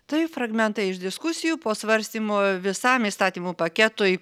tai fragmentai iš diskusijų po svarstymo visam įstatymų paketui